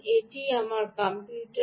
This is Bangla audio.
এটি আমার কম্পিউটার